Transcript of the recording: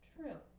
True